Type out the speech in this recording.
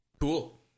Cool